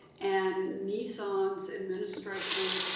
and nissan's administration,